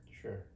sure